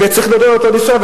וצריך לעודד לנסוע,